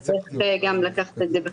אז צריך לקחת גם את זה בחשבון.